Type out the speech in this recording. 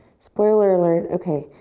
spoiler alert. okay,